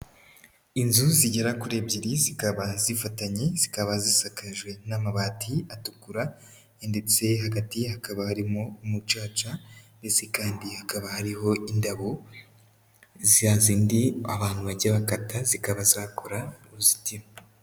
Inzu zigera kuri ebyiri zikaba zifatanye, zikaba zisakajwe n'amabati atukura ndetse hagati hakaba harimo umucaca ndetse kandi hakaba hariho indabo za zindi abantu bajya bakata zikaba zakora uruzitiro.